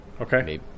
Okay